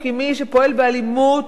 כי מי שפועל באלימות,